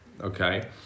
okay